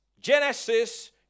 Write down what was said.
Genesis